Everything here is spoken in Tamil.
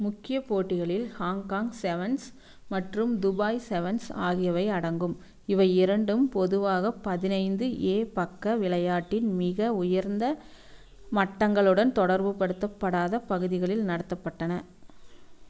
முக்கிய போட்டிகளில் ஹாங்காங் செவன்ஸ் மற்றும் துபாய் செவன்ஸ் ஆகியவை அடங்கும் இவை இரண்டும் பொதுவாக பதினைந்து ஏ பக்க விளையாட்டின் மிக உயர்ந்த மட்டங்களுடன் தொடர்புபடுத்தப்படாத பகுதிகளில் நடத்தப்பட்டன